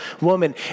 woman